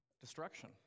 destruction